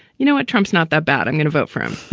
you know what, trump's not that bad. i'm going to vote for him.